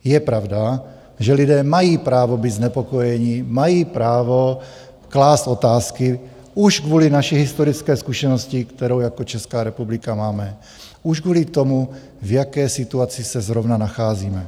Je pravda, že lidé mají právo být znepokojeni, mají právo klást otázky už kvůli naší historické zkušenosti, kterou jako Česká republika máme, už kvůli tomu, v jaké situaci se zrovna nacházíme.